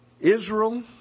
Israel